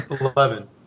Eleven